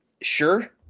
sure